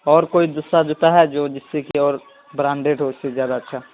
اور کوئی دوسرا جوتا ہے جو جس سے کہ اور برانڈڈ ہو اس سے زیادہ اچھا